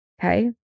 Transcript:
okay